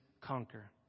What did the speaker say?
conquer